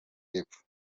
y’epfo